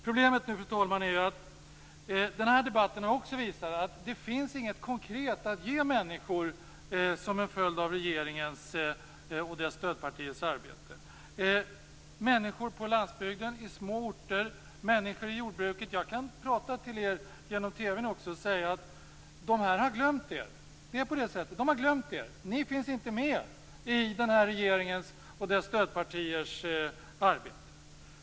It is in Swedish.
Problemet är, fru talman - vilket också denna debatt har visat - att det inte finns något konkret att ge människor som en följd av regeringens och dess stödpartiers arbete. Jag kan prata till människorna på landsbygden, i små orter och i jordbruket genom TV:n och säga att de har glömt er. Det är på det sättet. De har glömt er. Ni finns inte med i denna regerings och dess stödpartiers arbete.